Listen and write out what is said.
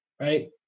right